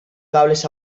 cables